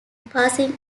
passing